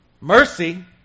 Mercy